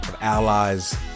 Allies